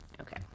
okay